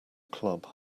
club